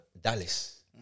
Dallas